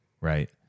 Right